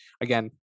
again